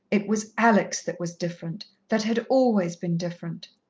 it was alex that was different that had always been different.